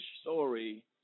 story